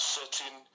certain